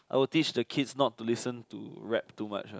I would teach the kids not to listen to rap too much lah